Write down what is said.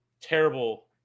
terrible